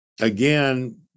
again